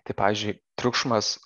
tai pavyzdžiui triukšmas